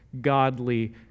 godly